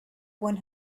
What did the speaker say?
one